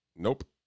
nope